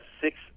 six